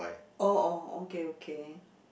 oh oh okay okay